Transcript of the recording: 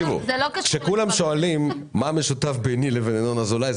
כשכולם שואלים מה משותף ביני לבין ינון אזולאי,